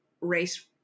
race